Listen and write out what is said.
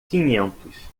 quinhentos